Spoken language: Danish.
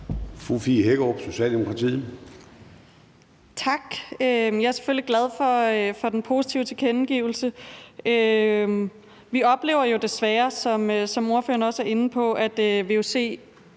Fie Hækkerup (S): Tak. Jeg er selvfølgelig glad for den positive tilkendegivelse. Vi oplever jo desværre, som ordføreren også er inde på, at